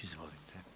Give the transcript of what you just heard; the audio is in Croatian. Izvolite.